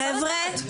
אני רוצה לדעת.